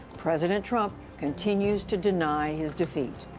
president trump continues to deny his defeat.